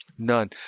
none